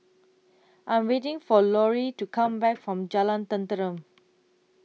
I'm waiting For Lorri to Come Back from Jalan Tenteram